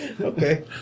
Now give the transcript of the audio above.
Okay